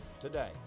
today